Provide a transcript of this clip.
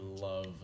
love